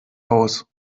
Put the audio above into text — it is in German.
aus